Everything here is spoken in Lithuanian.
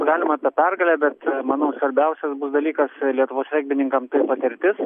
galima ta pergalė bet manau svarbiausias bus dalykas lietuvos regbininkam tai patirtis